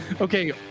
okay